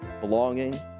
belonging